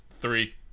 Three